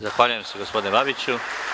Zahvaljujem se, gospodine Babiću.